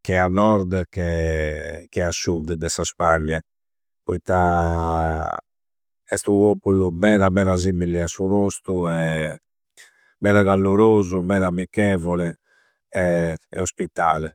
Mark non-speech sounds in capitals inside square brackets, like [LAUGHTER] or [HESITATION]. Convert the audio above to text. che a nord che a sud de sa Spagna. Poitta esti u poppulu meda meda similli a su nostu, [HESITATION] meda callorosu, meda amicchevole [HESITATION] e ospitale.